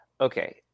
Okay